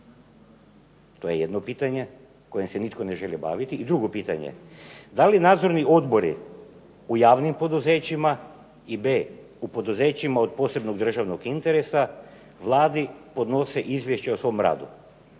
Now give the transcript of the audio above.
To je jedno pitanje kojim se nitko ne želi baviti. I drugo pitanje, da li nadzorni odbori u javnim poduzećima i b, u poduzećima od posebnog državnog interesa Vladi podnose izvješće o svom radu?